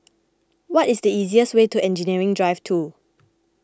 what is the easiest way to Engineering Drive two